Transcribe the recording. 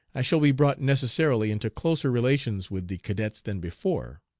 i shall be brought necessarily into closer relations with the cadets than before.